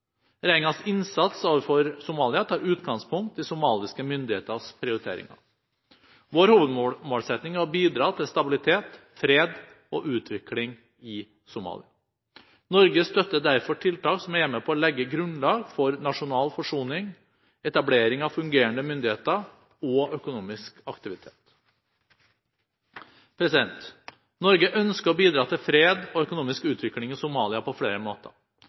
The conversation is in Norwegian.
innsats overfor Somalia tar utgangspunkt i somaliske myndigheters prioriteringer. Vår hovedmålsetting er å bidra til stabilitet, fred og utvikling i Somalia. Norge støtter derfor tiltak som er med på å legge grunnlag for nasjonal forsoning, etablering av fungerende myndigheter og økonomisk aktivitet. Norge ønsker å bidra til fred og økonomisk utvikling i Somalia på flere måter: